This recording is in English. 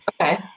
Okay